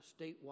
statewide